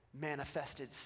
Manifested